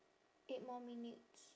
eight more minutes